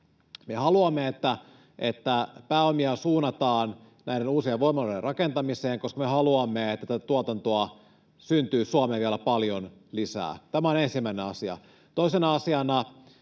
Me haluamme, että pääomia suunnataan näiden uusien voimaloiden rakentamiseen, koska me haluamme, että tätä tuotantoa syntyy Suomeen vielä paljon lisää. Tämä on ensimmäinen asia. Toisena asiana